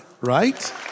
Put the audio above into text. right